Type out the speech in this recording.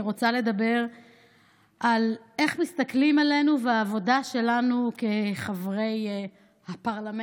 אני רוצה לדבר על איך מסתכלים עלינו ועל העבודה שלנו כחברי הפרלמנט,